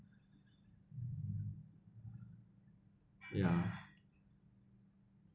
ya